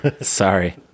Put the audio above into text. sorry